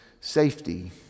safety